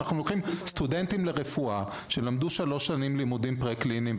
אנחנו לוקחים סטודנטים לרפואה שלמדו שלוש שנים לימודי פרה-קליניים,